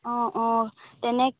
অ অ তেনে